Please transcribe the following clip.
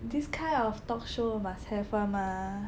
this kind of talk show must have [one] mah